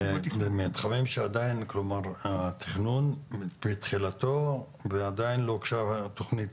זה במתחמים שהתכנון בתחילתו ועדיין לא הוגשה תכנית,